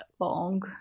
long